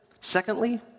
secondly